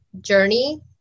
journey